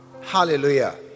hallelujah